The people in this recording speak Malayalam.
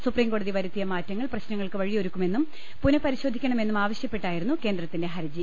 സുപ്രീംകോടതി വരുത്തിയ മാറ്റ ങ്ങൾ പ്രശ്നങ്ങൾക്ക് വഴിയൊരുക്കുമെന്നും പുനഃപരിശോധിക്കണ മെന്നും ആവശ്യപ്പെട്ടായിരുന്നു കേന്ദ്രത്തിന്റെ ഹർജി